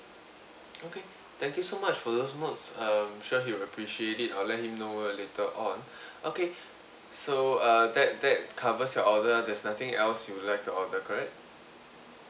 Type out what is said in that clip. okay thank you so much for those notes I'm sure he will appreciate it I'll let him know later on okay so uh that that covers your order there's nothing else you would like to order correct